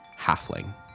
halfling